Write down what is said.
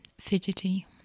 fidgety